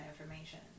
information